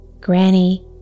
Granny